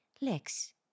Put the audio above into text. Lex